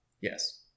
Yes